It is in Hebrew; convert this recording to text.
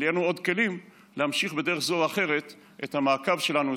אבל יהיו לנו עוד כלים להמשיך בדרך זו או אחרת את המעקב שלנו,